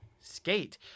Skate